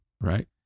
Right